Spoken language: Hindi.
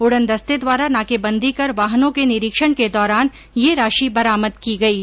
उड़नदस्ते द्वारा नाकेबंदी कर वाहनों के निरीक्षण के दौरान यह राशि बरामद की गई है